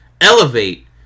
elevate